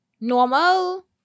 normal